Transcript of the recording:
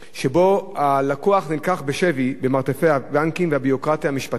שבה הלקוח נלקח בשבי במרתפי הבנקים והביורוקרטיה המשפטית,